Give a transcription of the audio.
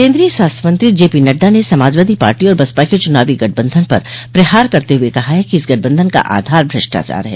केन्द्रीय स्वास्थ्य मंत्री जे पी नड्डा ने समाजवादी पार्टी और बसपा के चुनावी गठबंधन पर प्रहार करते हुए कहा है कि इस गठबंधन का आधार भ्रष्टाचार है